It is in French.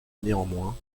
néanmoins